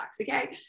Okay